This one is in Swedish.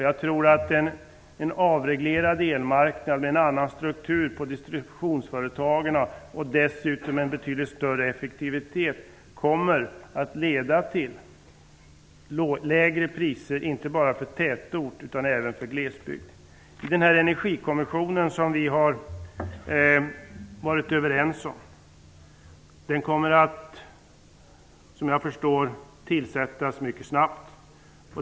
Jag tror att en avreglerad elmarknad, en annan struktur på distributionsföretagen och en betydligt större effektivitet kommer att leda till lägre priser inte bara för tätorter utan också för glesbygd. Den energikommission som vi har varit överens om kommer, såvitt jag förstår, att tillsättas mycket snabbt.